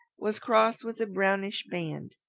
was crossed with a brownish band.